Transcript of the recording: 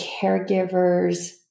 caregiver's